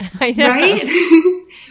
Right